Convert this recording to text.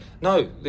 No